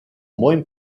moins